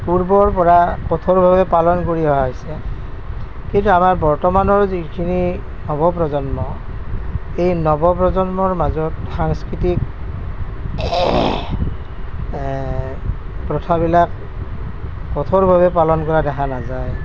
পূৰ্বৰ পৰা কঠোৰভাৱে পালন কৰি অহা হৈছে কিন্তু আমাৰ বৰ্তমানৰ যিখিনি নৱপ্ৰজন্ম এই নৱপ্ৰজন্মৰ মাজত সাংস্কৃতিক প্ৰথাবিলাক কঠোৰভাৱে পালন কৰা দেখা নাযায়